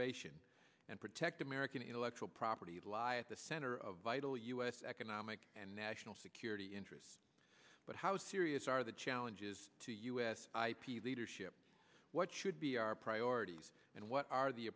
innovation and protect american intellectual property law at the center of vital u s economic and national security interests but how serious are the challenges to u s ip leadership what should be our priorities and what are the